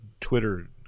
Twitter